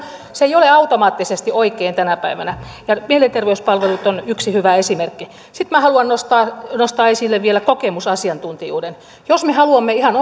se ei ole automaattisesti oikein tänä päivänä ja mielenterveyspalvelut on yksi hyvä esimerkki sitten minä haluan nostaa vielä esille kokemusasiantuntijuuden jos me haluamme ihan